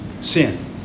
sin